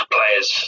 players